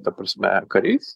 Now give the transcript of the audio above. ta prasme kariais